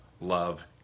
Love